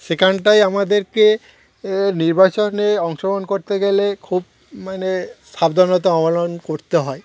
সেখানটাই আমাদেরকে নির্বাচনে অংশগ্রহণ করতে গেলে খুব মানে সাবধানতা অবলম্বন করতে হয়